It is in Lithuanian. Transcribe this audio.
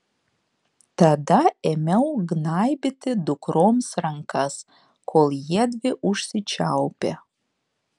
tada ėmiau gnaibyti dukroms rankas kol jiedvi užsičiaupė